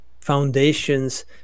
foundations